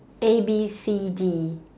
A B C D